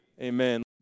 amen